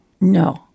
No